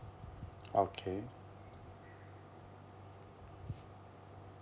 okay